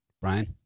Brian